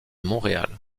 montréal